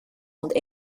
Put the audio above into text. und